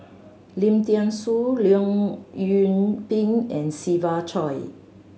Lim Thean Soo Leong Yoon Pin and Siva Choy